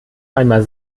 einmal